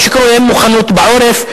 אין מוכנות בעורף,